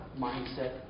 mindset